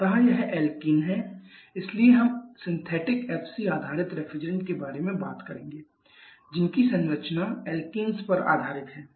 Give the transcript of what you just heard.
अतः यह एल्कीन हैं इसलिए हम सिंथेटिक FC आधारित रेफ्रिजरेंट के बारे में बात करेंगे जिनकी संरचना एल्कीन पर आधारित हैं